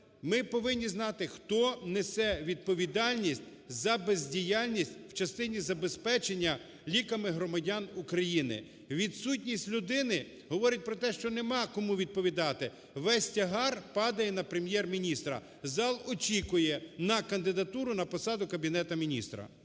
Ми повинні знати, хто несе відповідальність за бездіяльність в частині забезпечення ліками громадян України. Відсутність людини говорить про те, що нема кому відповідати, весь тягар падає на Прем'єр-міністра. Зал очікує на кандидатуру на посаду кабінету міністра.